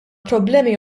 problemi